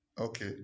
Okay